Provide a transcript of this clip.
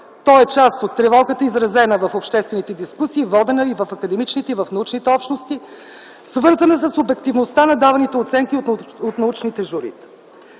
Той е част от тревогата, изразена в обществените дискусии, водени и в академичните, и в научните общности, свързана с обективността на даваните оценки от научните журита.